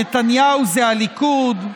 נתניהו זה הליכוד,